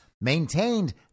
maintained